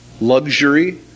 luxury